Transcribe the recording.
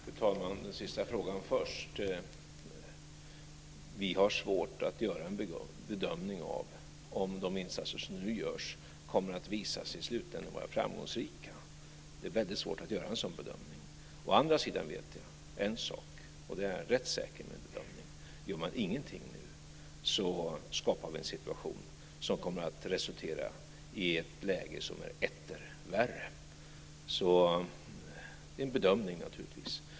Fru talman! Den sista frågan först. Vi har svårt att göra en bedömning av om de insatser som nu görs kommer att visa sig i slutändan vara framgångsrika. Det är väldigt svårt att göra en sådan bedömning. En sak vet jag, och där är jag rätt säker i min bedömning, gör man ingenting nu skapar vi en situation som kommer att resultera i ett läge som är etter värre. Det är en bedömning naturligtvis.